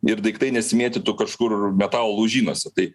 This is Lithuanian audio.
ir daiktai nesimėtytų kažkur metalų laužynuose tai